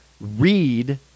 read